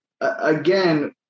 again